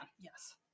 Yes